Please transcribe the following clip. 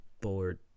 bored